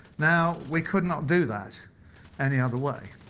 now, we could not do that any other way.